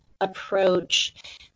approach